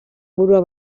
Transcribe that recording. burua